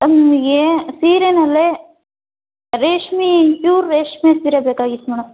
ನಮಗೆ ಸೀರೆಯಲ್ಲೇ ರೇಷ್ಮೆ ಪ್ಯೂರ್ ರೇಷ್ಮೆ ಸೀರೆ ಬೇಕಾಗಿತ್ತು ಮೇಡಮ್